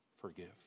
forgive